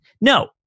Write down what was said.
No